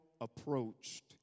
approached